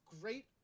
great